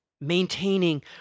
maintaining